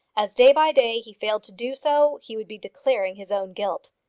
as day by day he failed to do so, he would be declaring his own guilt.